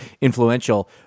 influential